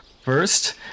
First